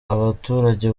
abaturage